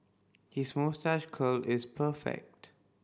his moustache curl is perfect